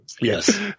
Yes